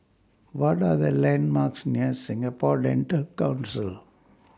What Are The landmarks near Singapore Dental Council